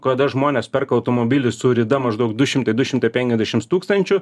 kada žmonės perka automobilį su rida maždaug du šimtai du šimtai penkiasdešims tūkstančių